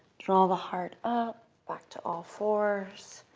draw the heart up, back to all fours.